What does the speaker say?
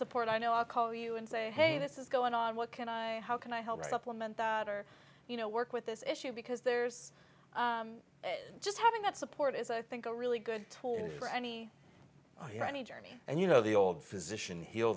support i know i'll call you and say hey this is going on what can i how can i help supplement daughter you know work with this issue because there's just having that support is i think a really good tool for any money journey and you know the old physician he